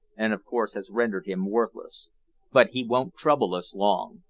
and of course has rendered him worthless but he won't trouble us long.